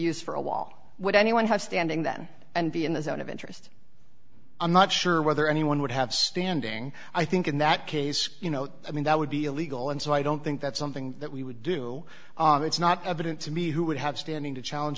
used for a wall would anyone have standing then and be in a zone of interest i'm not sure whether anyone would have standing i think in that case you know i mean that would be illegal and so i don't think that's something that we would do it's not evident to me who would have standing to challenge